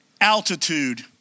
altitude